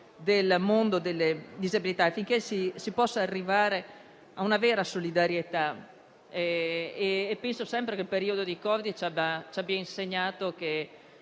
del mondo delle disabilità, affinché si possa arrivare a una vera solidarietà. Penso che nel periodo del Covid, se vi erano e